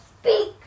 speak